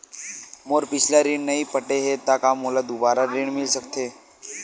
मोर पिछला ऋण नइ पटे हे त का मोला दुबारा ऋण मिल सकथे का?